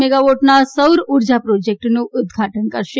મેગાવોટના સૌર ઉર્જા પ્રોજેક્ટનું ઉદ્વાટન કરશે